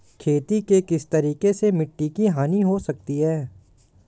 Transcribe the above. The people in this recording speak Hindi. खेती के किस तरीके से मिट्टी की हानि हो सकती है?